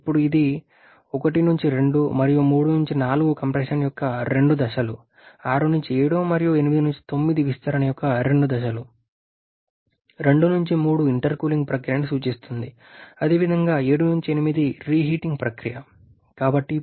ఇప్పుడు ఇది 1 2 మరియు 3 4 కంప్రెషన్ యొక్క రెండు దశలు 6 7 మరియు 8 9 విస్తరణ యొక్క రెండు దశలు 2 3 ఇంటర్కూలింగ్ ప్రక్రియను సూచిస్తుంది అదేవిధంగా 7 8 రీహీటింగ్ తిరిగి వేడి ప్రక్రియ